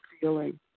feeling